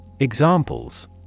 Examples